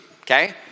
okay